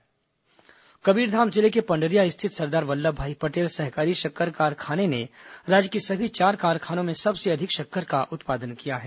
शक्कर उत्पादन कबीरधाम जिले के पण्डरिया स्थित सरदार वल्लभभाई पटेल सहकारी शक्कर कारखाने ने राज्य की सभी चार कारखानों में सबसे अधिक शक्कर का उत्पादन किया है